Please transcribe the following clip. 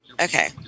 Okay